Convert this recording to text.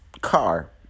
car